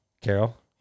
Carol